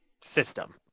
system